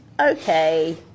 okay